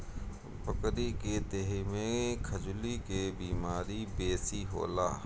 बकरी के देहि में खजुली के बेमारी बेसी होला